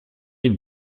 une